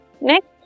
Next